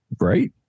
right